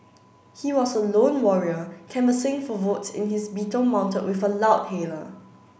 he was a lone warrior canvassing for votes in his Beetle mounted with a loudhailer